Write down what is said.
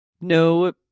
no